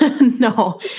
No